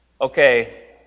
Okay